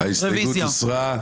ההסתייגות הוסרה.